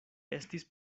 estis